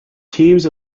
teams